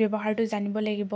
ব্যৱহাৰটো জানিব লাগিব